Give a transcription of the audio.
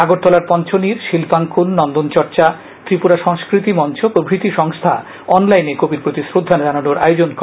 আগরতলার পঞ্চনীড় শিল্পাঙ্কুর নন্দনচর্চা ত্রিপুরা সংস্কৃতি মঞ্চ প্রভৃতি সংস্থা অনলাইনে কবির প্রতি শ্রদ্ধা জানানোর আয়োজন করে